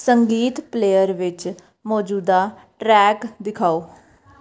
ਸੰਗੀਤ ਪਲੇਅਰ ਵਿੱਚ ਮੌਜੂਦਾ ਟਰੈਕ ਦਿਖਾਓ